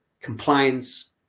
compliance